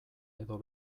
edo